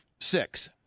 Six